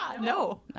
No